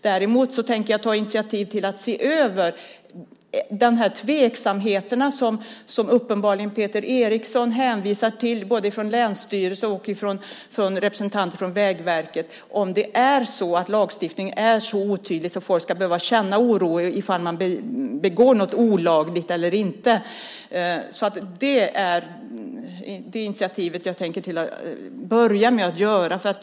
Däremot tänker jag ta initiativ till att se över de tveksamheter både från länsstyrelse och representanter från Vägverket som Peter Eriksson hänvisar till och se om lagstiftningen är så otydlig att folk ska behöva känna oro i fråga om man begår något olagligt eller inte. Det initiativet tänker jag börja med att göra.